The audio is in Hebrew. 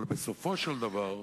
אבל בסופו של דבר,